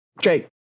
Jake